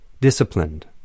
disciplined